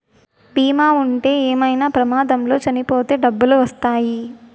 బీమా ఉంటే ఏమైనా ప్రమాదంలో చనిపోతే డబ్బులు వత్తాయి